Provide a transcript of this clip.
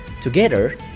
together